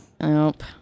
Nope